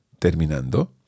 terminando